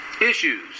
issues